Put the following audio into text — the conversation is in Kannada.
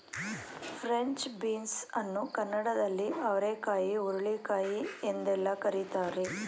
ಫ್ರೆಂಚ್ ಬೀನ್ಸ್ ಅನ್ನು ಕನ್ನಡದಲ್ಲಿ ಅವರೆಕಾಯಿ ಹುರುಳಿಕಾಯಿ ಎಂದೆಲ್ಲ ಕರಿತಾರೆ